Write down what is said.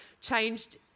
changed